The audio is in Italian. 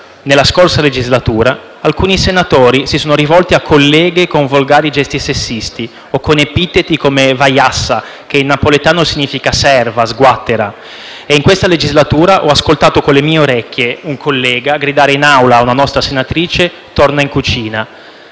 nella scorsa legislatura, alcuni senatori si sono rivolti a colleghe con volgari gesti sessisti o con epiteti come *vaiassa*, che in napoletano significa serva, sguattera. In questa legislatura ho ascoltato con le mie orecchie un collega gridare in Aula a una nostra senatrice: «Torna in cucina».